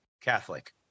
Catholic